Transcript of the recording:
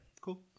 cool